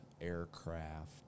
aircraft